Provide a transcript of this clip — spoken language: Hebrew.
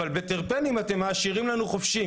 אבל בטרפנים אתם מעשירים לנו חופשי.